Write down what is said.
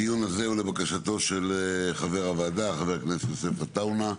הדיון הזה הוא לבקשת חבר הוועדה חבר הכנסת יוסף עטאונה,